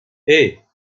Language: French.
hey